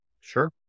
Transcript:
Sure